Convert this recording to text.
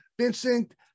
Vincent